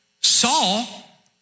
Saul